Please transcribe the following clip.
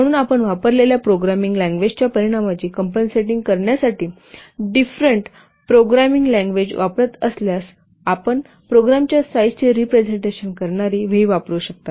म्हणून आपण वापरलेल्या प्रोग्रामिंग लँग्वेजच्या परिणामाची कंपनसेटिंग करण्यासाठी डिफरेंट प्रोग्रामिंग लँग्वेज वापरत असल्यास आपण प्रोग्रामच्या साईजचे रिपरसेंटेशन करणारी V वापरु शकता